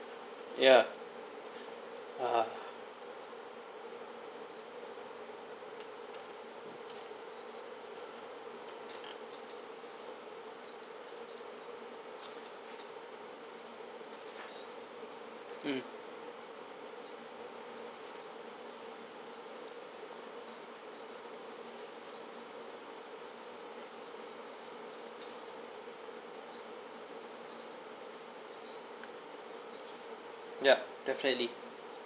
ya (uh huh) mm ya definitely